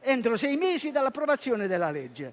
entro sei mesi dall'approvazione della legge.